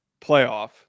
playoff